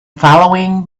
following